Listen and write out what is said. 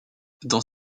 dans